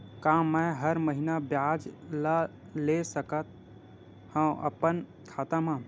का मैं हर महीना ब्याज ला ले सकथव अपन खाता मा?